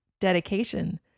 dedication